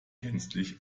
gänzlich